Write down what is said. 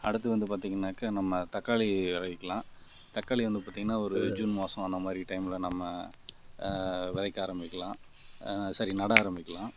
அடுத்து வந்து பார்த்திங்கன்னாக்கா நம்ம தக்காளி விளைவிக்கிலாம் தக்காளி வந்து பார்த்திங்கன்னா ஒரு ஜூன் மாதம் அந்த மாதிரி டைமில் நம்ம விளைவிக்க ஆரம்பிக்கலாம் ஸாரி நட ஆரம்பிக்கலாம்